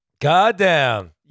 Goddamn